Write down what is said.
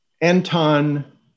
Anton